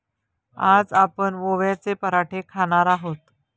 आज आपण ओव्याचे पराठे खाणार आहोत